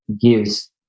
gives